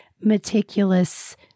meticulous